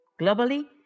Globally